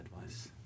advice